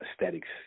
aesthetics